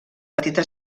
petita